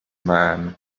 men